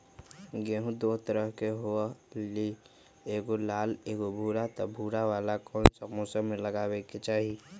गेंहू दो तरह के होअ ली एगो लाल एगो भूरा त भूरा वाला कौन मौसम मे लगाबे के चाहि?